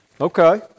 Okay